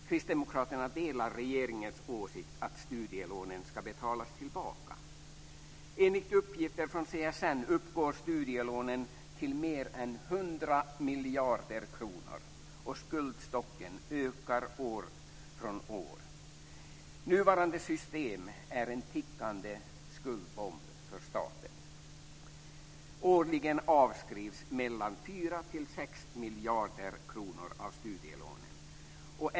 Kristdemokraterna delar regeringens åsikt att studielånen ska betalas tillbaka. Enligt uppgifter från CSN uppgår studielånen till mer än 100 miljarder kronor, och skuldstocken ökar år från år. Nuvarande system är en tickande skuldbomb för staten. Årligen avskrivs mellan 4 och 6 miljarder kronor av studielånen.